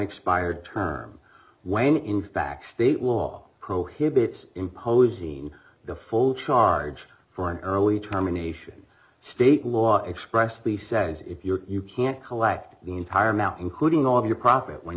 unexpired term when in fact state law prohibits imposing the full charge for an early terminations state law expressly says if you're you can't collect the entire mountain hooting all of your profit when